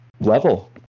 level